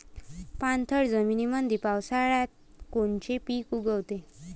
पाणथळ जमीनीमंदी पावसाळ्यात कोनचे पिक उगवते?